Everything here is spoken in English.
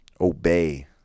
Obey